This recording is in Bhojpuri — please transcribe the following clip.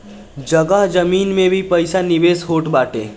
जगह जमीन में भी पईसा निवेश होत बाटे